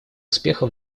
успеха